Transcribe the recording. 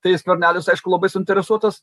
tai skvernelis aišku labai suinteresuotas